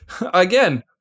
again